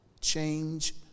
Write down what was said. change